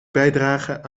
bijdragen